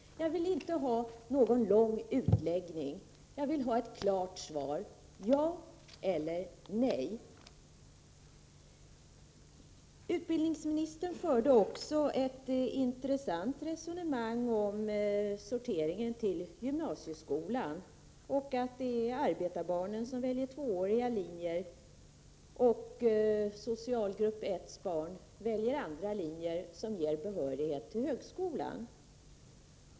Jag vill inte ha någon lång utläggning. Jag vill ha ett klart svar: Ja eller nej. Utbildningsministern förde också ett intressant resonemang om sorteringen till gymnasieskolorna. Han sade att det är arbetarbarnen som väljer tvååriga linjer och att barnen från socialgrupp 1 väljer andra linjer, som ger behörighet till högskola.